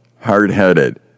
hard-headed